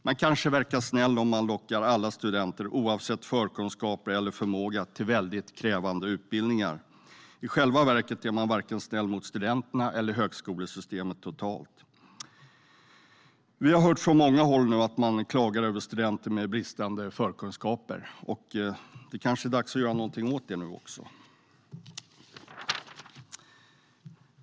Man kanske verkar snäll om man lockar alla studenter till väldigt krävande utbildningar, oavsett förkunskaper eller förmåga. I själva verket är man inte snäll mot vare sig studenterna eller högskolesystemet som helhet. Vi har hört från många håll att man klagar över studenter med bristande förkunskaper. Nu kanske det är dags att göra något åt det.